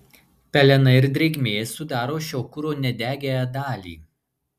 pelenai ir drėgmė sudaro šio kuro nedegiąją dalį